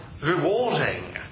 Rewarding